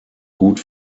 gut